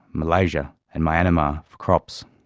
malaysia and mayanmar for crops.